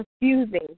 confusing